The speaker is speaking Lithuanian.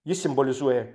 jis simbolizuoja